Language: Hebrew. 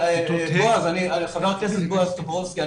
חבר הכנסת בועז טופורובסקי,